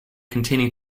continued